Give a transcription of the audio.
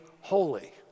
holy